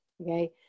Okay